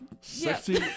Sexy